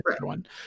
one